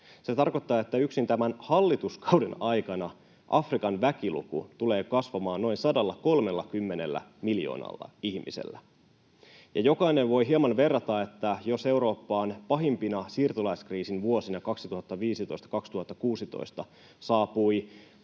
Se tarkoittaa, että yksin tämän hallituskauden aikana Afrikan väkiluku tulee kasvamaan noin 130 miljoonalla ihmisellä. Ja jokainen voi hieman verrata, että jos Eurooppaan pahimpina siirtolaiskriisin vuosina 2015—2016 saapui